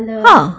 !huh!